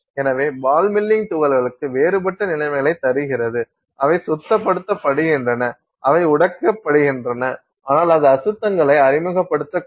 எனவே ball milling துகள்களுக்கு வேறுபட்ட நிலைமைகளைத் தருகிறது அவை சுத்தப்படுத்தப்படுகின்றன அவை உடைக்கப்படுகின்றன ஆனால் அது அசுத்தங்களை அறிமுகப்படுத்தக்கூடும்